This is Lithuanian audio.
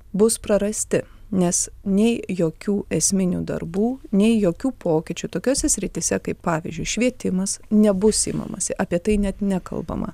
bus prarasti nes nei jokių esminių darbų nei jokių pokyčių tokiose srityse kaip pavyzdžiui švietimas nebus imamasi apie tai net nekalbama